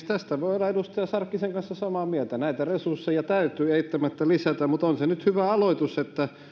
tästä voi olla edustaja sarkkisen kanssa samaa mieltä näitä resursseja täytyy eittämättä lisätä mutta on se nyt hyvä aloitus että